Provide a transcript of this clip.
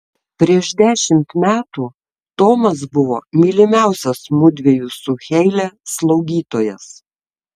prieš dešimt metų tomas buvo mylimiausias mudviejų su heile slaugytojas